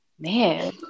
man